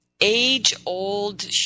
age-old